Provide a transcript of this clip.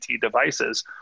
devices